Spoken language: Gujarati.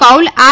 કૌલ આર